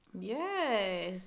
yes